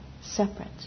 separate